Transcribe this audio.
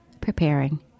preparing